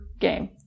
game